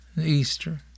Easter